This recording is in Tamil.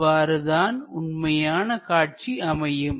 இவ்வாறுதான் உண்மையான காட்சி அமையும்